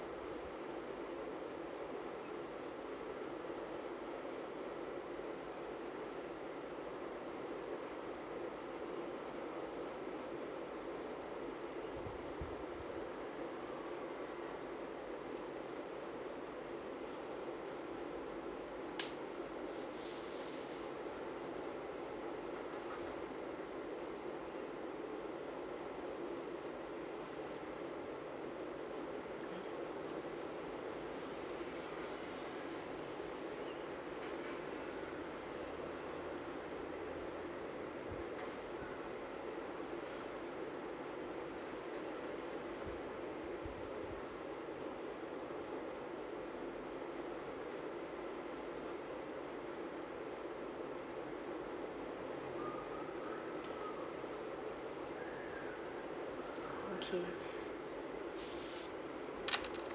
okay